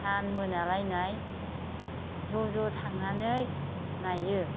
सान मोनालायनाय ना ज' ज' थांनानै नायो